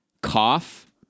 cough